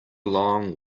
long